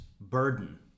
burden